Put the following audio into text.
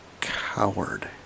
Coward